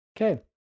Okay